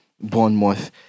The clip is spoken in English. Bournemouth